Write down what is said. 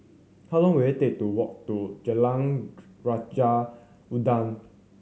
how long will it take to walk to Jalan Raja Udang